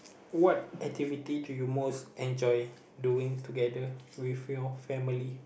what activity do you most enjoy doing together with your family